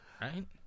Right